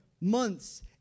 months